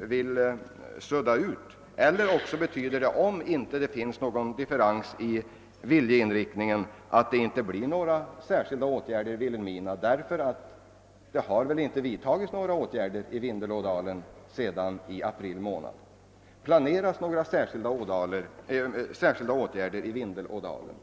vill sudda ut. Finns det ingen skillnad i fråga om viljeinriktningen betyder det ju att det inte blir några särskilda åtgärder i Vilhelmina, eftersom det väl inte har vidtagits några åtgärder i Vindelådalen sedan april månad. Eller planeras några speciella åtgärder i Vindelådalen?